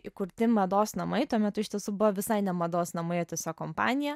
įkurti mados namai tuo metu iš tiesų buvo visai ne mados namai o tiesiog kompanija